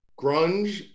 Grunge